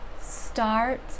start